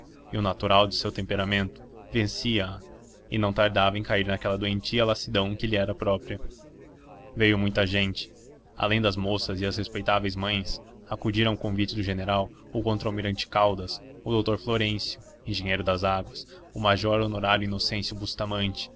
e o natural do seu temperamento venciaa e não tardava em cair naquela doentia lassidão que lhe era própria veio muita gente além das moças e as respeitáveis mães acudiram ao convite do general o contra almirante caldas o doutor florêncio engenheiro das águas o major honorário inocêncio bustamante